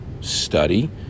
study